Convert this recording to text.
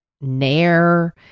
nair